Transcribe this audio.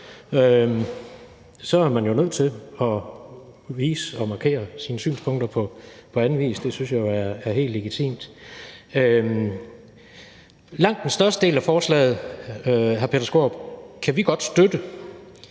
Så er man jo nødt til at vise og markere sine synspunkter på anden vis. Det synes jeg er helt legitimt. Langt den største del af forslaget, hr. Peter Skaarup, kan vi godt støtte,